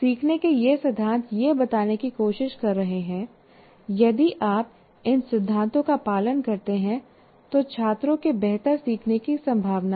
सीखने के ये सिद्धांत यह बताने की कोशिश कर रहे हैं यदि आप इन सिद्धांतों का पालन करते हैं तो छात्रों के बेहतर सीखने की संभावना है